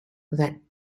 that